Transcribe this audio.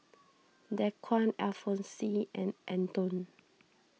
Dequan Alfonse and Antone